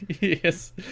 Yes